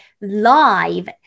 live